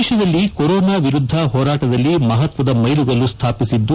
ದೇಶದಲ್ಲಿ ಕೊರೋನಾ ವಿರುದ್ದ ಹೋರಾಟದಲ್ಲಿ ಮಹತ್ವದ ಮೈಲುಗಲ್ಲು ಸ್ಥಾಪಿಸಿದ್ದು